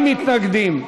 40 מתנגדים.